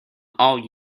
all